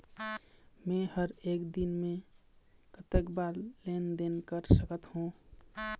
मे हर एक दिन मे कतक बार लेन देन कर सकत हों?